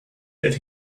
that